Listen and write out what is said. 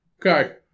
Okay